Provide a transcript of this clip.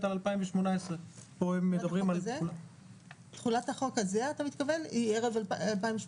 על 2018. תחולת החוק הזה אתה מתכוון היא ערב 2018?